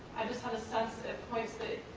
i just had a sense at points that